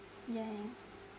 ya ya